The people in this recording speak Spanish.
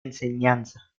enseñanza